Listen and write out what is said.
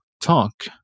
talk